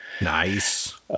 Nice